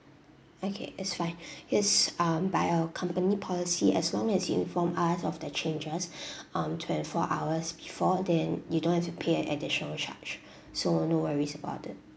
okay it's fine is um by our company policy as long as you inform us of the changes um twenty four hours before then you don't have to pay an additional charge so no worries about that